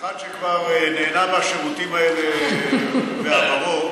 כאחד שכבר נהנה מהשירותים האלה בעברו,